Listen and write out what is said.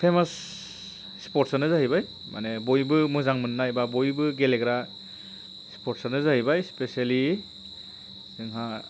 famous स्पर्ट्सआनो जाहैबाय माने बयबो मोजां मोननाय एबा बयबो गेलेग्रा स्पर्ट्सआनो जाहैबाय स्पेसियेलि जोंहा